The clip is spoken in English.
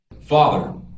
Father